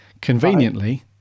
conveniently